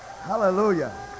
Hallelujah